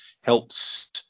helps